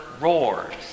roars